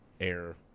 air